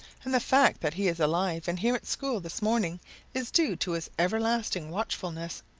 and the fact that he is alive and here at school this morning is due to his everlasting watchfulness.